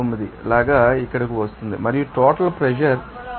1729 లాగా ఇక్కడకు వస్తోంది మరియు టోటల్ ప్రెషర్ 5